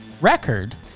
record